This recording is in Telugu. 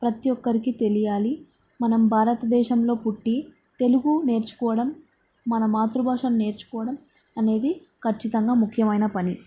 ప్రతి ఒక్కరికి తెలియాలి మనం భారతదేశంలో పుట్టి తెలుగు నేర్చుకోవడం మన మాతృభాషను నేర్చుకోవడం అనేది ఖచ్చితంగా ముఖ్యమైన పని